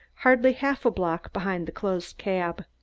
hardly half a block behind the closed cab.